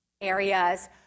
areas